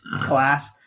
class